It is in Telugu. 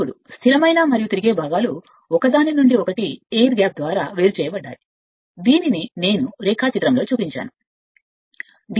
ఇప్పుడు స్థిరమైన మరియు తిరిగే భాగాలు ఒకదానికొకటి వేరు చేయబడ్డాయి నేను రేఖాచిత్రంలో చూపించే ఎయిర్ గ్యాప్